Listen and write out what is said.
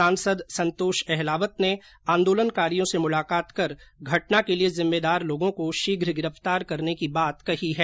सांसद संतोष अहलावत ने आंदोलनकारियों से मुलाकात कर घटना के लिए जिम्मेदार लोगों को शीघ्र गिरफ्तार करने की बात कही है